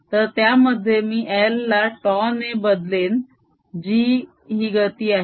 तर त्यामध्ये मी l ला τ ने बदलेन जी ही गती आहे